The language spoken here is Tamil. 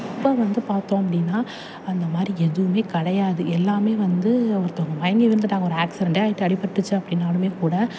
இப்போ வந்து பார்த்தோம் அப்படின்னா அந்த மாதிரி எதுவும் கிடையாது எல்லாம் வந்து ஒருத்தவங்க மயங்கி விழுந்துட்டாங்க ஒரு ஆக்சிரென்ட்டே ஆகிட்டு அடிபட்டுச்சி அப்படின்னாலுமே கூட